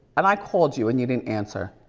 and i called you and you didn't answer.